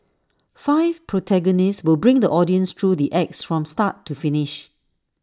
five protagonists will bring the audience through the acts from start to finish